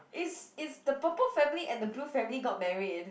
it's it's the purple family and the blue family got married